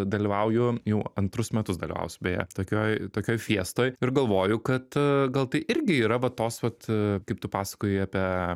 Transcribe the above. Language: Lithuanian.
dalyvauju jau antrus metus dalyvausiu beje tokioj tokioj fiestoj ir galvoju kad gal tai irgi yra va tos vat kaip tu pasakojai apie